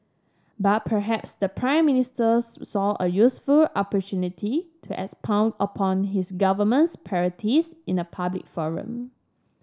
but perhaps the Prime Minister saw a useful opportunity to expound upon his government's priorities in a public forum